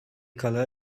colour